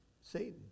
Satan